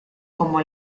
como